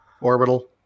Orbital